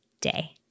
day